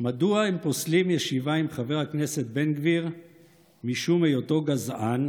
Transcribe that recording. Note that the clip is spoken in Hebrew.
מדוע הם פוסלים ישיבה עם חבר הכנסת בן גביר משום היותו גזען,